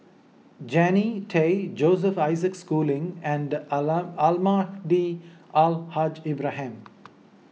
Jannie Tay Joseph Isaac Schooling and alarm Almahdi Al Haj Ibrahim